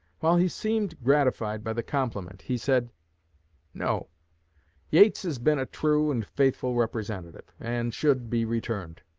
while he seemed gratified by the compliment, he said no yates has been a true and faithful representative, and should be returned